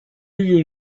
you